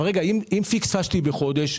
אבל אם פקששתי בחודש?